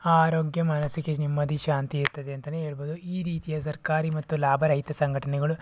ಆರೋಗ್ಯ ಮನಸ್ಸಿಗೆ ನೆಮ್ಮದಿ ಶಾಂತಿ ಇರ್ತದೆ ಅಂತಲೇ ಹೇಳ್ಬೋದು ಈ ರೀತಿಯ ಸರ್ಕಾರಿ ಮತ್ತು ಲಾಭರಹಿತ ಸಂಘಟನೆಗಳು